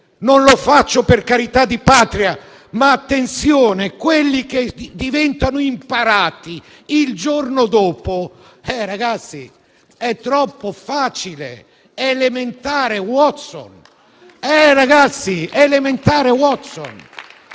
Non lo faccio per carità di Patria, ma, attenzione! Vorrei dire a quelli che "diventano imparati", il giorno dopo: «Ragazzi, è troppo facile! Elementare, Watson!».